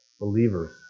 believers